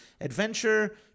adventure